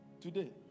today